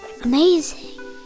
amazing